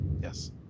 Yes